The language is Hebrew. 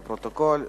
לפרוטוקול.